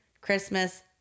christmas